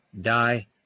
die